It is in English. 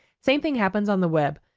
same thing happens on the web.